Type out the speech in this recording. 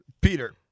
Peter